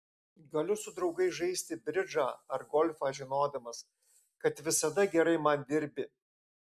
galiu su draugais žaisti bridžą ar golfą žinodamas kad visada gerai man dirbi